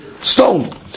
stone